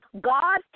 God